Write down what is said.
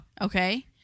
Okay